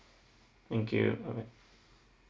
thank you bye bye